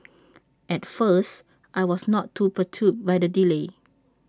at first I was not too perturbed by the delay